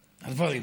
הדברים.